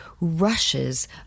rushes